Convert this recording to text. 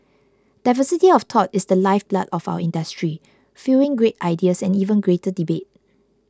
diversity of thought is the lifeblood of our industry fuelling great ideas and even greater debate